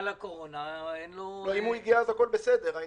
לא, אם הוא הגיע, הכול בסדר.